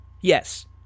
Yes